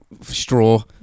straw